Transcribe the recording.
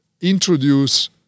introduce